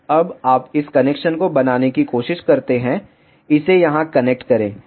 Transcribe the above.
अब आप इस कनेक्शन को बनाने की कोशिश करते हैं इसे यहां कनेक्ट करें